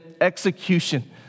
execution